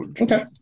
Okay